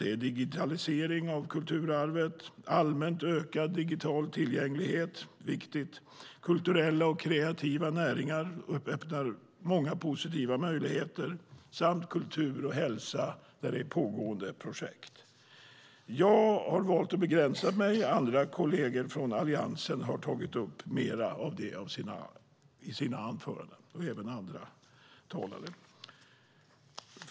Det är digitalisering av kulturarvet och allmänt ökad digital tillgänglighet. Det är viktigt. Kulturella och kreativa näringar öppnar många positiva möjligheter. Det finns också pågående projekt om kultur och hälsa. Jag har valt att begränsa mig. Kolleger från Alliansen och även andra talare har tagit upp mer av det i sina anföranden.